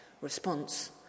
response